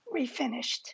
refinished